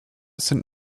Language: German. sind